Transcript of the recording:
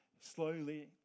slowly